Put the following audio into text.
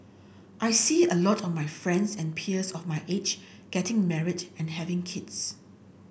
I see a lot of my friends and peers of my age getting married and having kids